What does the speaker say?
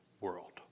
world